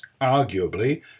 arguably